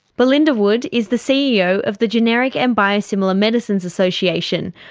belinda wood is the ceo of the generic and biosimilar medicines association,